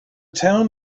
town